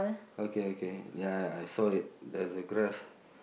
okay okay ya I saw it there's a grass